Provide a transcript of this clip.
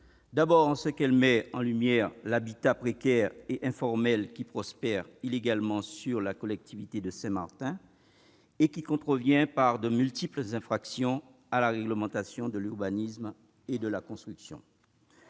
Elle met en effet en lumière l'habitat précaire et informel qui prospère illégalement sur la collectivité de Saint-Martin et contrevient, par de multiples infractions, à la réglementation de l'urbanisme et de la construction.